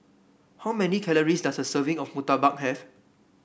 how many calories does a serving of murtabak have